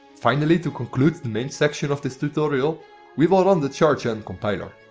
finally, to conclude the main section of this tutorial we will run the chargencompiler.